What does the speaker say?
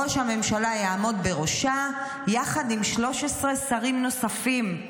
ראש הממשלה יעמוד בראשה יחד עם 13 שרים נוספים.